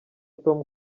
tom